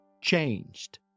changed